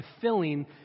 fulfilling